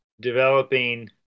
developing